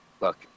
look